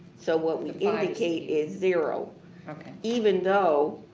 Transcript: so what we indicate is zero even though